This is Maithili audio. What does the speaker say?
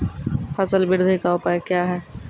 फसल बृद्धि का उपाय क्या हैं?